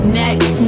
next